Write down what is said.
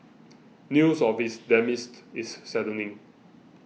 news of his demise is saddening